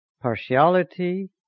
partiality